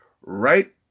right